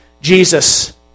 Jesus